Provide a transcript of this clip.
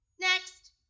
Next